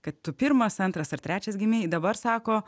kad tu pirmas antras ar trečias gimei dabar sako